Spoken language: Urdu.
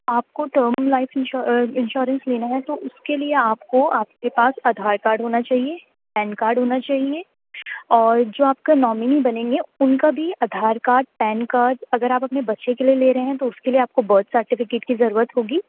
آپ کو ٹرم لائف انشورنس لینا ہے تو اس کے لیے آپ کو آپ کے پاس آدھار کارڈ ہونا چہیے پین کارڈ ہونا چہیے جو آپ کا نامنی بنیں گے ان کا بھی آدھار کارڈ پین کارڈ اگر آپ اپنے بچے کے لیے لے رہے ہیں تو اس کے لیے آپ کو برتھ سرٹیفکیٹ کی ضرورت ہوگی